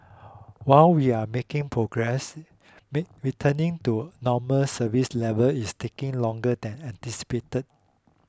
while we are making progress returning to normal service level is taking longer than anticipated